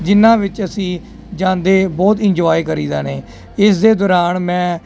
ਜਿਹਨਾਂ ਵਿੱਚ ਅਸੀਂ ਜਾਂਦੇ ਬਹੁਤ ਇੰਜੋਏ ਕਰੀਦਾ ਨੇ ਇਸ ਦੇ ਦੌਰਾਨ ਮੈਂ